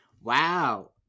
wow